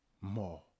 more